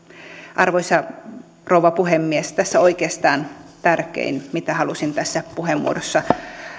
arvoisa rouva puhemies tässä oikeastaan tärkein mitä halusin tässä puheenvuorossa